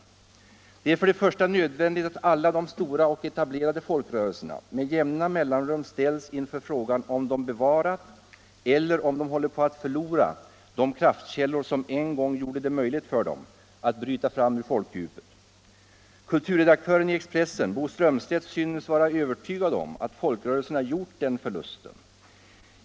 Det är först och främst nödvändigt att alla de stora och etablerade folkrörelserna med jämna mellanrum ställs inför frågan, om de bevarat eller om de håller på att förlora de kraftkällor som en gång gjorde det möjligt för dem att bryta fram ur folkdjupet. Kulturredaktören i Expressen, Bo Strömstedt, synes vara övertygad om att folkrörelserna gjort den förlusten.